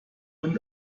und